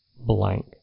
blank